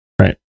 right